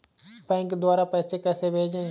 Bank द्वारा पैसे कैसे भेजें?